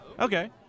okay